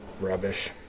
Rubbish